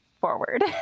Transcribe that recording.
forward